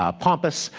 ah pompous,